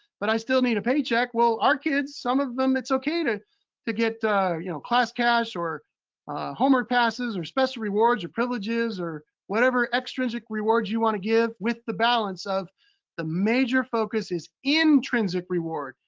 but i still need a paycheck. well our kids, some of them, it's okay to to get you know class cash, or homework passes or special rewards or privileges, or whatever extrinsic rewards you wanna give with the balance of the major focus is intrinsic reward,